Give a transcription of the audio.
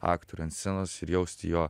aktorių ant scenos ir jausti jo